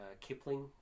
Kipling